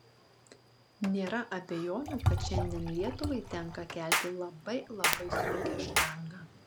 nėra abejonių kad šiandien lietuvai tenka kelti labai labai sunkią štangą